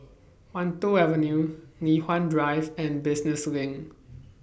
Wan Tho Avenue Li Hwan Drive and Business LINK